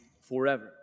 forever